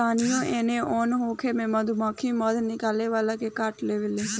तानियो एने ओन होखे पर मधुमक्खी मध निकाले वाला के काट लेवे ली सन